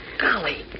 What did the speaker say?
Golly